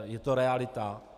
Je to realita.